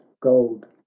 gold